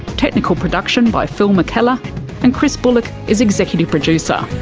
technical production by phil mckellar and chris bullock is executive producer.